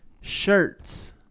shirts